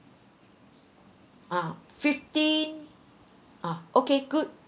ah fifteen ah okay good